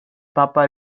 papa